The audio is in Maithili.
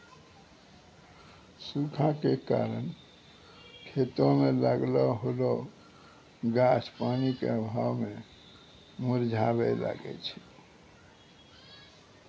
सूखा के कारण खेतो मे लागलो होलो गाछ पानी के अभाव मे मुरझाबै लागै छै